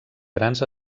grans